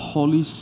Holy